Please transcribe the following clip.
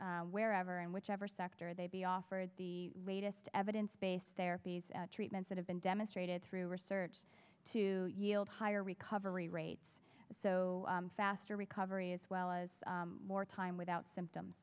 wherever in whichever sector they be offered the latest evidence based therapies and treatments that have been demonstrated through research to yield higher recovery rates so faster recovery as well as more time without symptoms